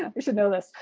ah should know this.